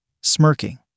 smirking